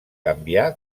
canvià